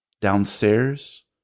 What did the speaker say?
Downstairs